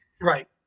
Right